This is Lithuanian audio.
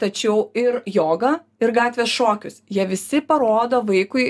tačiau ir jogą ir gatvės šokius jie visi parodo vaikui